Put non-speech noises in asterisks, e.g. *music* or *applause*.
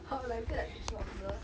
*noise* we feel like bitching about people